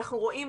אנחנו רואים,